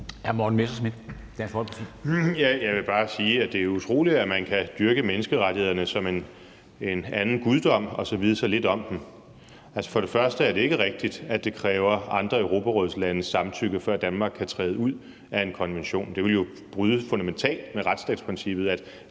Jeg vil bare sige, at det jo er utroligt, at man kan dyrke menneskerettighederne som en anden guddom og så vide så lidt om dem. Altså, for det første er det ikke rigtigt, at det kræver andre europarådslandes samtykke, før Danmark kan træde ud af en konvention. Det ville jo bryde fundamentalt med retsstatsprincippet, at